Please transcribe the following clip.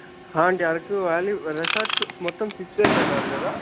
హా అండి Araku valley resorts మొత్తం సిక్స్ డేస్ అన్నారు కదా